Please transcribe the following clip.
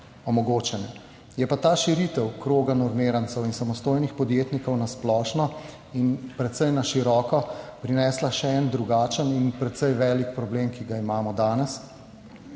Je pa ta širitev kroga normirancev in samostojnih podjetnikov na splošno in precej na široko prinesla še en drugačen in precej velik problem, ki ga imamo danes.